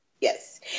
Yes